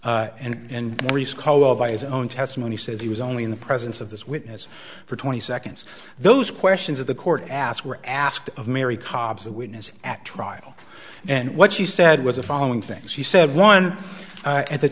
his own testimony says he was only in the presence of this witness for twenty seconds those questions at the court asked were asked of mary cobbs a witness at trial and what she said was the following things she said one at the